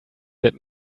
that